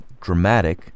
dramatic